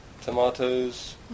Tomatoes